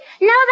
No